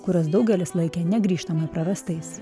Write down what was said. kuriuos daugelis laikė negrįžtamai prarastais